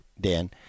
Dan